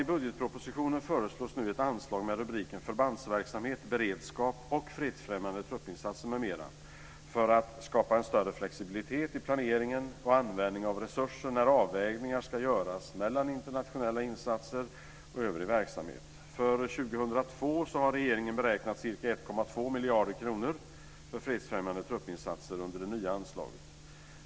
I budgetpropositionen föreslås nu ett anslag med rubriken Förbandsverksamhet, beredskap och fredsfrämjande truppinsatser m.m. för att skapa en större flexibilitet i planeringen och användningen av resurser när avvägningar ska göras mellan internationella insatser och övrig verksamhet. För år 2002 har regeringen beräknat ca 1,2 miljarder kronor för fredsfrämjande truppinsatser under det nya anslaget.